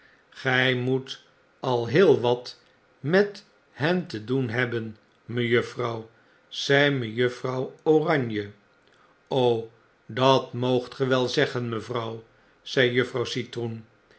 glj moet al heel wat met hen tedoenhebben mevrouw zei mejuffrouw oranje dat moogt ge wei zeggen mevrouw zei juffrouw citroen